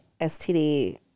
STD